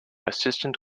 assistant